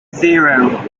zero